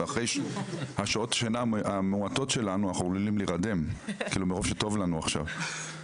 אחרי שעות השינה המועטות שלנו אנחנו עלולים להירדם מרוב שטוב לנו עכשיו,